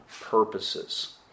purposes